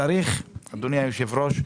אדוני היושב ראש,